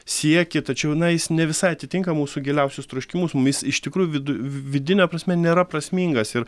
siekį tačiau na jis ne visai atitinka mūsų giliausius troškimus mis iš tikrųjų vidų vidine prasme nėra prasmingas ir